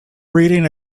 reading